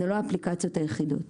אלה לא האפליקציות היחידות.